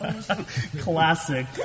classic